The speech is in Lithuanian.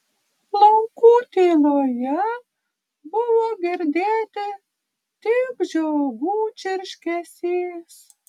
laukų tyloje buvo girdėti tik žiogų čirškesys